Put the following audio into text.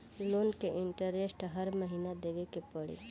Loan के interest हर महीना देवे के पड़ी?